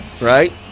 Right